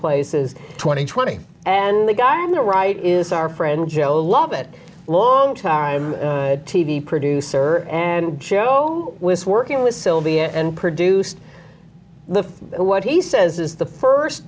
places twenty twenty and the guy on the right is our friend joe lovett longtime t v producer and show was working with sylvia and produced the what he says is the first